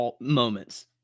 moments